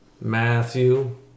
Matthew